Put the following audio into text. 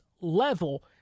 level